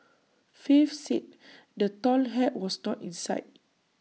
faith said the tall hat was not in sight